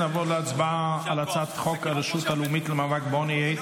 נעבור להצבעה על הצעת חוק הרשות הלאומית למאבק בעוני,